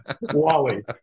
Wally